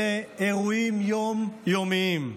אלה אירועים יום-יומיים,